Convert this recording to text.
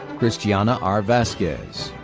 christiana r. vasquez.